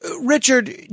Richard